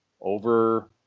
over